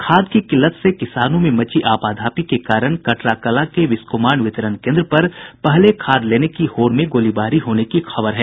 खाद की किल्लत से किसानों में मची आपाधापी के कारण कटराकलां के बिस्कोमान वितरण केन्द्र पर पहले खाद लेने की होड़ में गोलीबारी होने की खबर है